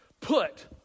put